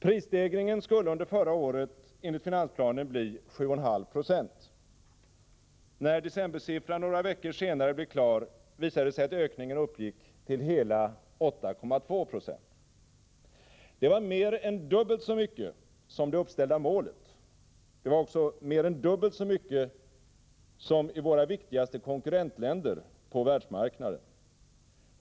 Prisstegringen skulle under förra året enligt finansplanen bli 7,5 26. När decembersiffran några veckor senare blev klar, visade det sig att ökningen uppgick till hela 8,2 26. Det var mer än dubbelt så mycket som det uppställda målet. Det var också mer än dubbelt så mycket som i våra viktigaste konkurrentländer på världsmarknaden.